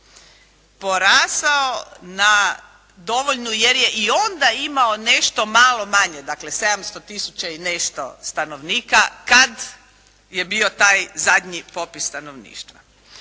porastao na dovoljno jer je i onda imao nešto malo manje, dakle 700 tisuća i nešto stanovnika kad je bio taj zadnji popis stanovništva.